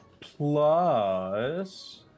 plus